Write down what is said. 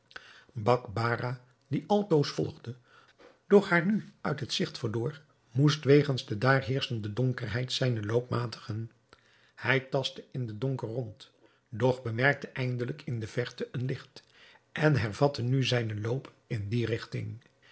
bakbarah die altoos volgde doch haar nu uit het gezigt verloor moest wegens de daar heerschende donkerheid zijnen loop matigen hij tastte in den donker rond doch bemerkte eindelijk in de verte een licht en hervatte nu zijnen loop in die rigting